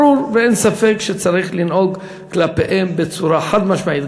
ברור ואין ספק שצריך לנהוג כלפיהם בצורה חד-משמעית,